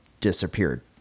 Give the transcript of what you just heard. disappeared